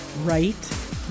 right